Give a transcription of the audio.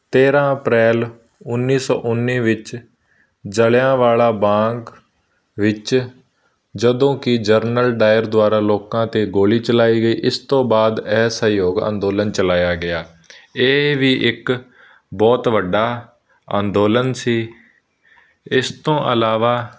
ਤੇਰ੍ਹਾਂ ਅਪ੍ਰੈਲ ਉੱਨੀ ਸੌ ਉੱਨੀ ਵਿੱਚ ਜਲਿਆਂਵਾਲਾ ਬਾਗ ਵਿੱਚ ਜਦੋਂ ਕਿ ਜਰਨਲ ਡਾਇਰ ਦੁਆਰਾ ਲੋਕਾਂ 'ਤੇ ਗੋਲੀ ਚਲਾਈ ਗਈ ਇਸ ਤੋਂ ਬਾਅਦ ਅਸਹਿਯੋਗ ਅੰਦੋਲਨ ਚਲਾਇਆ ਗਿਆ ਇਹ ਵੀ ਇੱਕ ਬਹੁਤ ਵੱਡਾ ਅੰਦੋਲਨ ਸੀ ਇਸ ਤੋਂ ਇਲਾਵਾ